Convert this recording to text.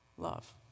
love